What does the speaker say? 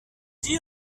dit